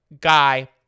guy